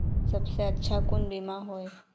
सबसे अच्छा कुन बिमा होय?